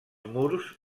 murs